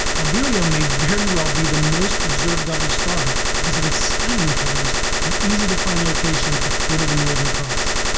albireo may very well be the most observed double star because of its stunning colors and easy-to-find location at the foot of the northern cross.